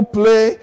play